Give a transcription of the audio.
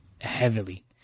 heavily